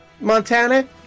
Montana